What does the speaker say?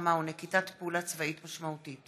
במלחמה או נקיטת פעולה צבאית משמעותית);